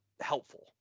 helpful